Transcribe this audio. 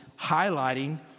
highlighting